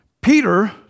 Peter